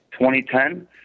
2010